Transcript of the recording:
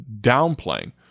downplaying